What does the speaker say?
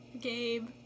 Gabe